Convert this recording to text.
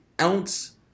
ounce